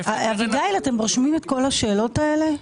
אביגיל, אתם רושמים את כל השאלות האלה?